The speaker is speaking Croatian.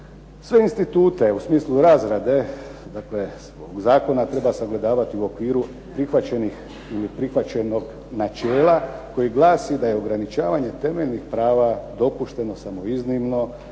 Sve institute u smislu razrade, dakle zakona treba sagledavati u okviru prihvaćenih ili prihvaćenog načela koji glasi da je ograničavanje temeljnih prava dopušteno samo iznimno